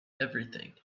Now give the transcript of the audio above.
everything